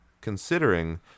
considering